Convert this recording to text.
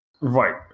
Right